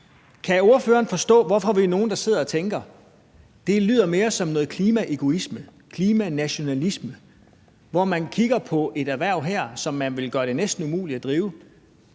Kan ordføreren forstå, hvorfor vi er nogen, der sidder og tænker: Det lyder mere som noget klimaegoisme, klimanationalisme, hvor man kigger på et erhverv, som man vil gøre det næsten umuligt at drive?